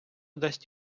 дасть